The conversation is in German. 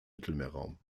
mittelmeerraum